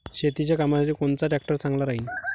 शेतीच्या कामासाठी कोनचा ट्रॅक्टर चांगला राहीन?